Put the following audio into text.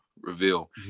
reveal